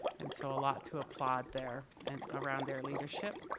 and so a lot to applaud there and around their leadership